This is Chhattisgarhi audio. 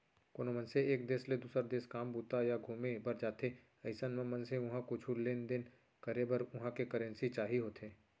कोनो मनसे एक देस ले दुसर देस काम बूता या घुमे बर जाथे अइसन म मनसे उहाँ कुछु लेन देन करे बर उहां के करेंसी चाही होथे